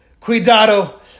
Cuidado